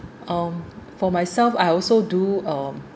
uh for myself I also do um